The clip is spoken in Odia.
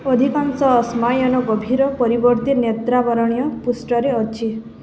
ଅଧିକାଂଶ ଅଶ୍ମାୟନ ଗଭୀର ପରିବର୍ତ୍ତେ ନେତ୍ରାବରଣୀୟ ପୃଷ୍ଠରେ ଅଛି